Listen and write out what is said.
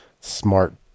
smart